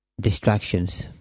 distractions